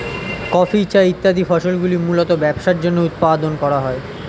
coffee, চা ইত্যাদি ফসলগুলি মূলতঃ ব্যবসার জন্য উৎপাদন করা হয়